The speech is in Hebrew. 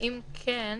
אם כן,